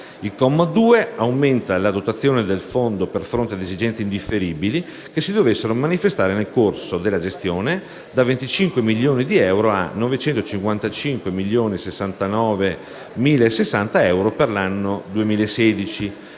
Il comma 2 aumenta la dotazione del fondo per far fronte a esigenze indifferibili che si dovessero manifestare nel corso della gestione, da 25 milioni di euro a 955.069.060 di euro per l'anno 2016.